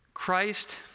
Christ